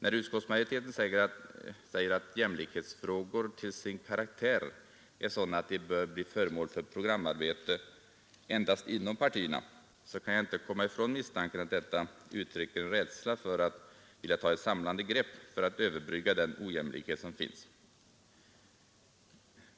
När utskottsmajoriteten säger att jämlikhetsfrågor till sin karaktär är sådana att de bör bli föremål för programarbete endast inom partierna, så kan jag inte komma ifrån misstanken att detta uttrycker en rädsla att ta ett samlande grepp för att överbrygga den ojämlikhet som finns.